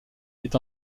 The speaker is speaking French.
est